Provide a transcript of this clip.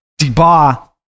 deba